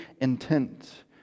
intent